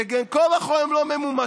שבין כה וכה לא ממומשות,